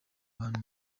bantu